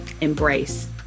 embrace